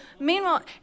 Meanwhile